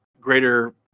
greater